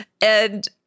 and-